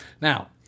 Now